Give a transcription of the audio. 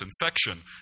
infection